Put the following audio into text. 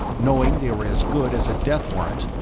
knowing they were as good as a death warrant,